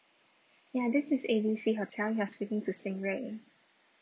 ya this is A B C hotel you are speaking to xing rei